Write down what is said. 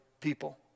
people